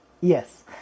Yes